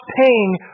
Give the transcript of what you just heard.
paying